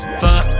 fuck